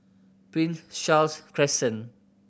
Prince Charles Crescent